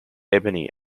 ebony